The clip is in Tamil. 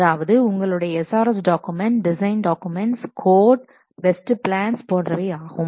அதாவது உங்களுடைய SRS document code design documents test plan போன்றவை ஆகும்